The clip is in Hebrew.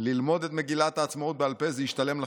ללמוד את מגילת העצמאות בעל פה, זה ישתלם לכם.